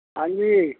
ਹਾਂਜੀ